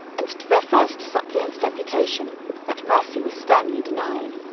and to their first suppliant deputation that mercy was sternly denied.